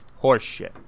horseshit